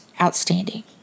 outstanding